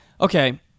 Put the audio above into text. okay